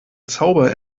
zauber